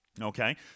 Okay